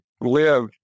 live